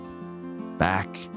back